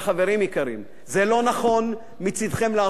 לא נכון מצדכם לעשות את זה בעת הזאת.